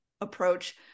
approach